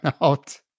out